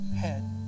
head